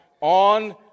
on